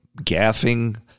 gaffing